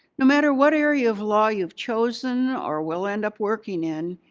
no matter what area of law you have chosen or will end up working in,